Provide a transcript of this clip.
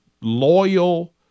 loyal